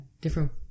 different